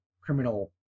criminal